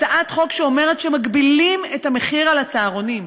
הצעת חוק שאומרת שמגבילים את המחירים של הצהרונים.